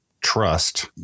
trust